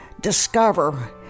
discover